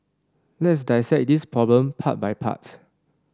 let's dissect this problem part by part